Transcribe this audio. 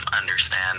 understand